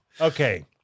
Okay